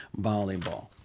volleyball